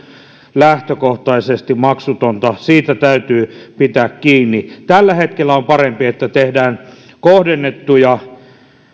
lähtökohtaisesti maksutonta siitä täytyy pitää kiinni tällä hetkellä on parempi että tehdään kohdennettuja